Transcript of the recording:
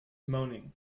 moaning